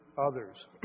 others